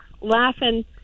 laughing